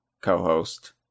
co-host